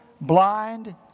Blind